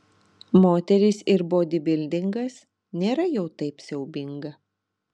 moterys ir bodybildingas nėra jau taip siaubinga